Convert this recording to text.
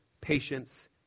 patience